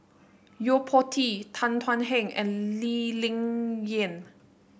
Yo Po Tee Tan Thuan Heng and Lee Ling Yen